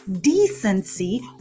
decency